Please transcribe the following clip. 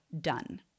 done